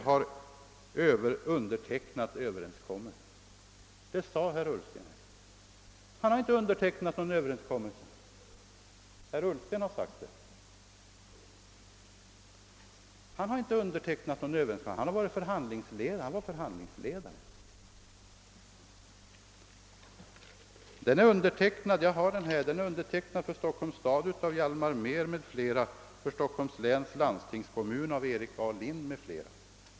Han sade att Hörjel undertecknat överenskommelsen, men det har han inte — han var förhandlingsledare. Överenskommelsen är för Stockholms stad undertecknad av Hjalmar Mehr m.fl. och för Stockholms landstingskommun av Erik A. Lindh m.fl.